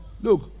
Look